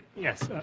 yes,